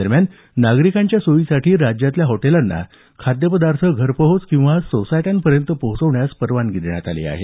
दरम्यान नागरिकांच्या सोयीसाठी राज्यातल्या हॉटेलांना खाद्यपदार्थ घरपोहोच किंवा सोसायट्यांपर्यंत पोहचवण्यास परवानगी देण्यात आली आहे